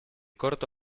corto